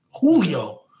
Julio